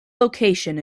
location